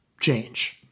change